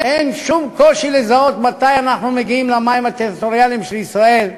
אין שום קושי לזהות מתי אנחנו מגיעים למים הטריטוריאליים של ישראל,